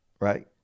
right